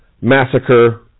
massacre